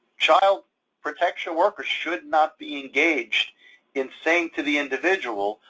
child protection workers should not be engaged in saying to the individual,